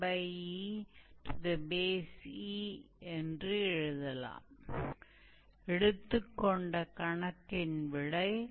तो चाहे वह 𝑦𝑓𝑥 𝑥𝑓𝑦 𝑥𝜑𝑡 𝑦𝜓𝑡 है या एक पोलर फोरम के रूप में दिया गया हो